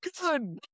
Good